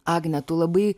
agne tu labai